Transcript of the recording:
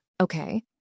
Okay